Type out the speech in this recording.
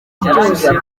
byose